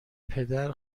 پدر